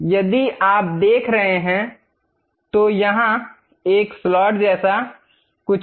यदि आप देख रहे हैं तो यहां एक स्लॉट जैसा कुछ है